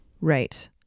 Right